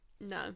no